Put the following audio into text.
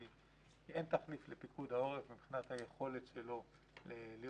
כי אין תחליף לפיקוד העורף מבחינת היכולת שלו להיות